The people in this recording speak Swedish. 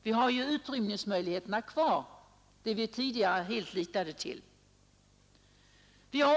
Vi har ju kvar de gamla utrymningsmöjligheterna, som vi tidigare litade helt till.